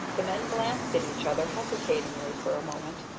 the men glanced at each other hesitatingly for a moment,